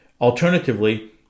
Alternatively